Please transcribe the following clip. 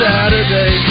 Saturday